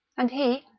and he,